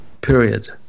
period